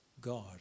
God